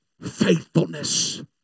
faithfulness